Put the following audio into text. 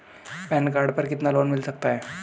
Pan card पर कितना loan मिल सकता है?